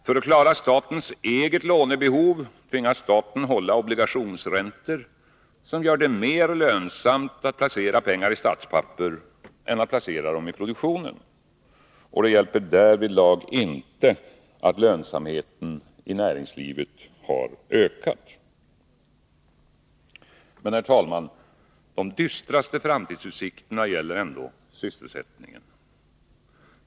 För att klara statens eget lånebehov tvingas staten hålla obligationsräntor, som gör det mer lönsamt att placera pengar i statspapper än att placera dem i produktionen. Det hjälper därvidlag inte, att lönsamheten i näringslivet har ökat. Men, herr talman, de dystraste framtidsutsikterna gäller ändå sysselsättningen.